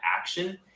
action